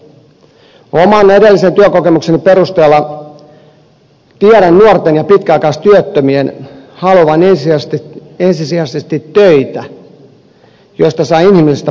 oman edellisen työkokemukseni perusteella tiedän nuorten ja pitkäaikaistyöttömien haluavan ensisijaisesti töitä joista saa inhimillistä palkkaa